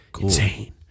insane